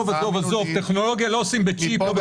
עזוב, טכנולוגיה לא עושים בשבב.